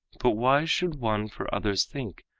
but why should one for others think,